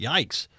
Yikes